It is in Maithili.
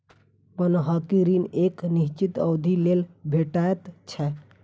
बन्हकी ऋण एक निश्चित अवधिक लेल भेटैत छै